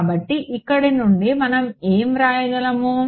కాబట్టి ఇక్కడ నుండి మనం ఏమి వ్రాయగలము